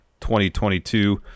2022